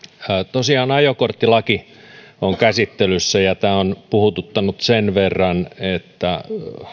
tosiaan ajokorttilaki on käsittelyssä ja tämä on puhututtanut sen verran että